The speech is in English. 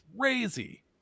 crazy